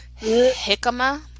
Jicama